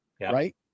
right